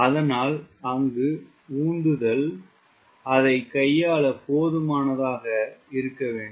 அதனால் அங்கு உந்துதல் அதை கையாள போதுமானதாக இருக்க வேண்டும்